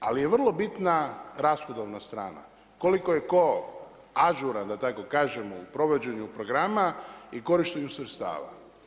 Ali je vrlo bitna rashodovna strana koliko je tko ažuran da tako kažem u provođenju programa i korištenju sredstava.